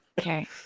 okay